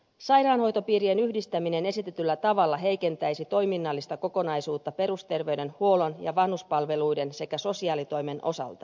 sairaanhoitopiirien yhdistäminen esitetyllä tavalla heikentäisi toiminnallista kokonaisuutta perusterveydenhuollon ja vanhuspalveluiden sekä sosiaalitoimen osalta